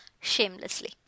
shamelessly